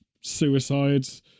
suicides